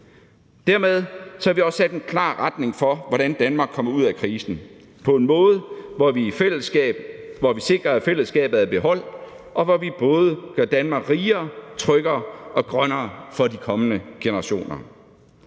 Dermed har vi også sat en klar retning for, hvordan Danmark kommer ud af krisen på en måde, hvor vi sikrer, at fællesskabet er i behold, og hvor vi både gør Danmark rigere, tryggere og grønnere for de kommende generationer.